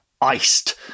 Iced